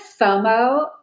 FOMO